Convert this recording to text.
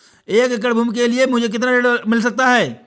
एक एकड़ भूमि के लिए मुझे कितना ऋण मिल सकता है?